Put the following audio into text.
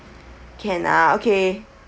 can ah okay